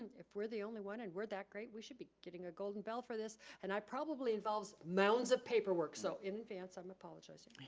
if we're the only one and we're that great we should be getting a golden bell for this and that probably involves mounds of paperwork so in advance, i'm apologizing.